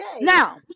Now